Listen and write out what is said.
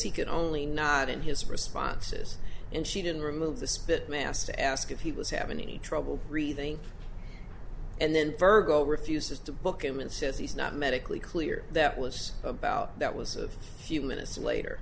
could only nod in his responses and she didn't remove the spit mass to ask if he was having any trouble breathing and then virgo refuses to book him and says he's not medically clear that was about that was a few minutes later